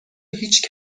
هیچ